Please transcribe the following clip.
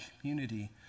community